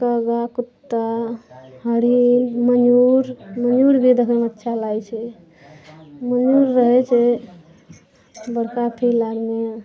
कागा कुत्ता हरिण मयूर मयूर भी देखैमे अच्छा लागै छै मयूर रहै छै बड़का किला आरमे